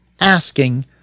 asking